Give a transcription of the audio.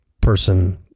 person